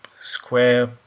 square